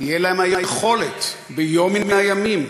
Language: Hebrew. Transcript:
תהיה להם היכולת ביום מן הימים,